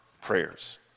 prayers